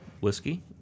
whiskey